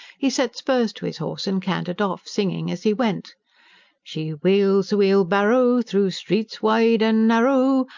he set spurs to his horse and cantered off, singing as he went she wheels a wheelbarrow, through streets wide and narrow,